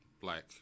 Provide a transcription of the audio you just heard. Black